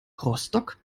rostock